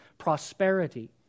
Prosperity